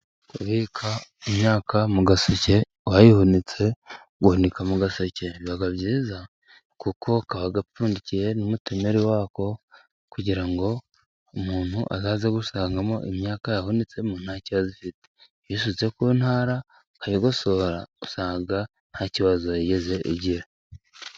Kubika imyaka mu gaseke, wayihunitse, guhunika mu gaseke biba byiza, kuko kaba gapfundikiye n'umutumeri wako, kugira ngo umuntu azaze gusangamo imyaka, yahunitsemo nta kibazo ifite, iyo uyisutse ku ntara, arisutse ku ntara, akayigosora, usanga nta kibazo yigeze igira.